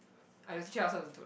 a~ actually I also d~